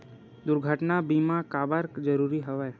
दुर्घटना बीमा काबर जरूरी हवय?